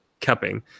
cupping